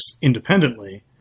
independently